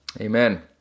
Amen